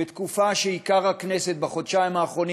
בתקופה שעיקר הכנסת בחודשיים האחרונים